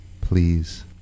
please